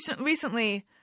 recently